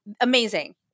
Amazing